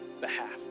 behalf